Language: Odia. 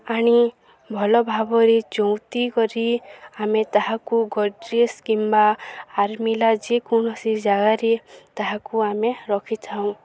ଆଣି ଭଲ ଭାବରେ ଚଉତି କରି ଆମେ ତାହାକୁ ଗଡ୍ରେଜ୍ କିମ୍ବା ଆଲମିରା ଯେକୌଣସି ଜାଗାରେ ତାହାକୁ ଆମେ ରଖିଥାଉ